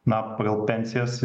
na pagal pensijas